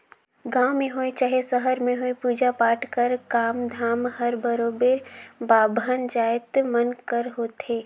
गाँव में होए चहे सहर में होए पूजा पाठ कर काम धाम हर बरोबेर बाभन जाएत मन कर होथे